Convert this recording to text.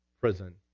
prison